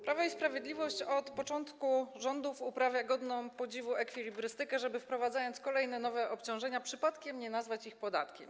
Prawo i Sprawiedliwość od początku rządów uprawia godną podziwu ekwilibrystykę, żeby wprowadzając kolejne, nowe obciążenia, przypadkiem nie nazwać ich podatkiem.